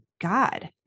God